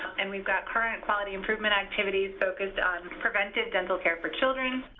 and we've got current quality improvement activities focused on preventive dental care for children,